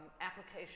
application